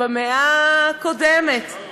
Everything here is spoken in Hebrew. במאה הקודמת,